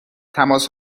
تماس